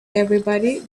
everybody